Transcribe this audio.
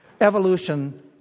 Evolution